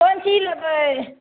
कोन चीज लेबय